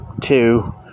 two